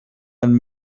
and